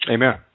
Amen